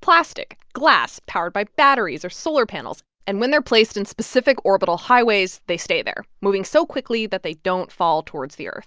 plastic, glass, powered by batteries or solar panels. and when they're placed in specific orbital highways, they stay there, moving so quickly that they don't fall towards the earth